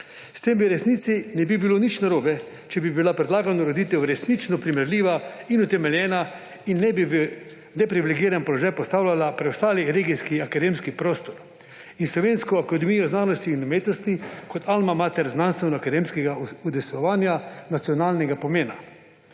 S tem v resnici ne bi bilo nič narobe, če bi bila predlagana ureditev resnično primerljiva in utemeljena in ne bi v neprivilegiran položaj postavljala preostalih regijski akademski prostor in Slovensko akademijo znanosti in umetnosti kot almo mater znanstveno-akademskega udejstvovanja nacionalnega pomena.